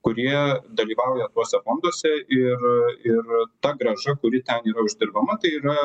kurie dalyvauja tuose fonduose ir ir ta grąža kuri ten yra uždirbama tai yra